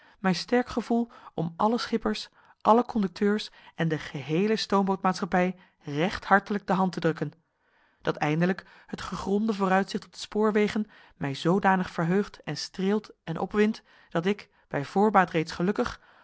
mij sterk gevoel om alle schippers alle conducteurs en de geheele stoomboot maatschappij recht hartelijk de hand te drukken dat eindelijk het gegronde vooruitzicht op de spoorwegen mij zoodanig verheugt en streelt en opwindt dat ik bij voorbaat reeds gelukkig